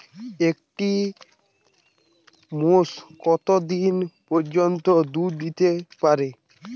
একটি মোষ কত দিন পর্যন্ত দুধ দিতে পারে?